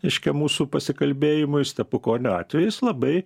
reiškia mūsų pasikalbėjimui stepukonio atvejis labai